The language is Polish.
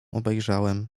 obejrzałem